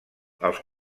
els